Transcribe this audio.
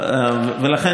לכן,